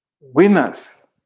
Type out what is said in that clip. Winners